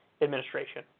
administration